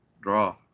draw